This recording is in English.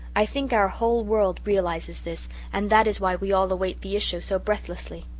i think our whole world realizes this and that is why we all await the issue so breathlessly.